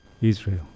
Israel